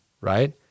right